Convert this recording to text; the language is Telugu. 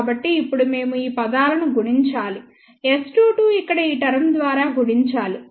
కాబట్టి ఇప్పుడు మేము ఈ పదాలను గుణించాలి S22 ఇక్కడ ఈ టర్మ్ ద్వారా గుణించాలి